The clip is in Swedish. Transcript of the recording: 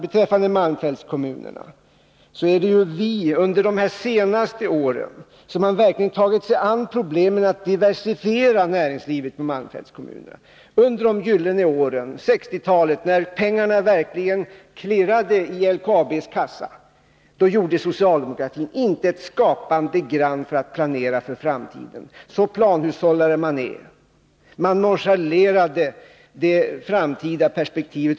Beträffande malmfältskommunerna vill jag säga: Det är vi som under de senaste åren verkligen har tagit oss an uppgiften att diversifiera näringslivet i malmfältskommunerna. Under de gyllene åren, på 1960-talet, när pengarna verkligen klirrade i LKAB:s kassa, då gjorde socialdemokratin inte ett skapande grand för att planera för framtiden — så planhushållare man är. Man nonchalerade det framtida perspektivet.